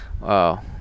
Wow